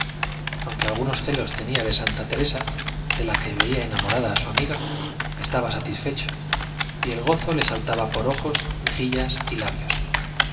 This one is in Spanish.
aunque algunos celos tenía de santa teresa de la que veía enamorada a su amiga estaba satisfecho y el gozo le saltaba por ojos mejillas y labios